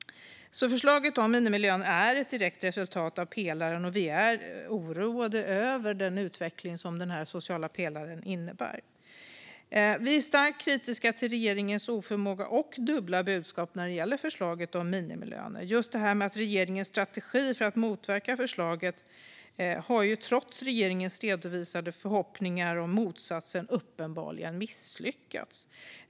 Förslaget om minimilöner är ett direkt resultat av pelaren, och vi är oroade över den utveckling som den sociala pelaren innebär. Vi är vidare starkt kritiska till regeringens oförmåga och dubbla budskap när det gäller förslaget om minimilöner. Regeringens strategi för att motverka förslaget har trots regeringens redovisade förhoppningar om motsatsen uppenbarligen misslyckats.